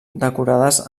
decorades